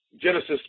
Genesis